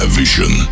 vision